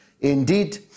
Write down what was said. indeed